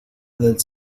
del